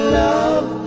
love